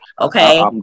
okay